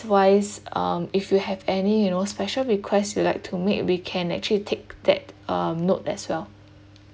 wise um if you have any you know special request you'd like to make we can actually take that um note as well